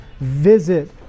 visit